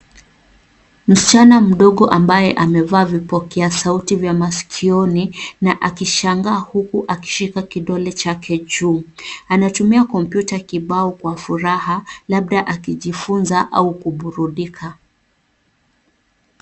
Msichana mdogo ambaye amevaa vipokea sauti vya masikioni na akishangaa huku akishika kidole chake juu, anatumia kompyuta kibao kwa furaha labda akijifunza au kuburudika.